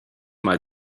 mal